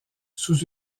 sous